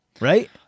right